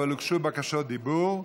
אבל הוגשו בקשות דיבור,